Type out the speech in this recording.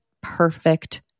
perfect